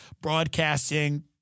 broadcasting